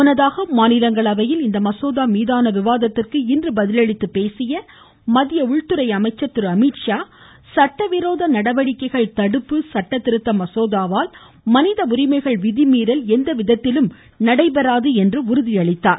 முன்னதாகஇந்த மசோதா மீதான விவாதத்திற்கு பதில் அளித்து பேசிய மத்திய உள்துறை அமைச்சர் திருஅமித்ஷா சட்டவிரோத நடவடிக்கைகள் தடுப்பு சட்ட திருத்த மசோதாவால் மனித உரிமைகள் விதிமீறல் எந்த விதத்திலும் நடைபெறாது என்று உறுதி அளித்துள்ளார்